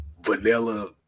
vanilla